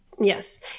Yes